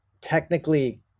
technically